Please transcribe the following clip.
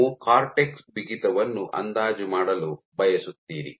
ನೀವು ಕಾರ್ಟೆಕ್ಸ್ನ ಬಿಗಿತವನ್ನು ಅಂದಾಜು ಮಾಡಲು ಬಯಸುತ್ತೀರಿ